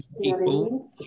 people